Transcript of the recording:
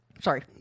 Sorry